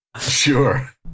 sure